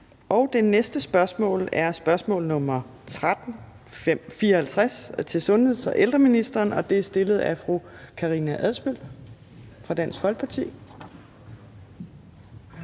Det næste spørgsmål er spørgsmål nr. S 1354 til sundheds- og ældreministeren, og det er stillet af fru Karina Adsbøl fra Dansk Folkeparti.